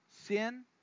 sin